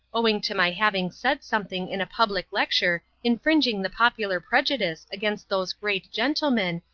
owing to my having said something in a public lecture infringing the popular prejudice against those great gentlemen,